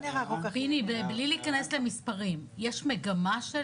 פיני, בלי להיכנס למספרים, יש מגמה?